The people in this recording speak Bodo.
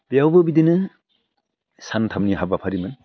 बेयावबो बिदिनो सानथामनि हाबाफारिमोन